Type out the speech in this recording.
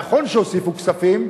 נכון שהוסיפו כספים,